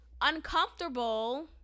uncomfortable